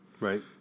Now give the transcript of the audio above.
Right